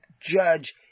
judge